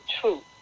truth